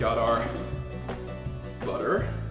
got our butter